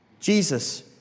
Jesus